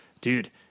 dude